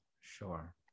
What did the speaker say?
sure